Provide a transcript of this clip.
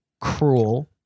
cruel